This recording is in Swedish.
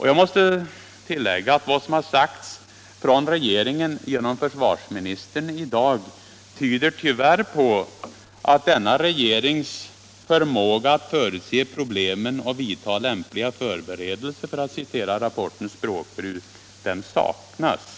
Jag måste tillägga att vad som sagts från regeringen genom försvarsministern i dag tyvärr tyder på att denna regerings förmåga att förutse problemen och vidta lämpliga förberedelser, för att använda rapportens språkbruk, saknas.